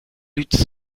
luttent